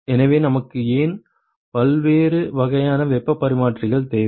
எனவே நமக்கு ஏன் பல்வேறு வகையான வெப்பப் பரிமாற்றிகள் தேவை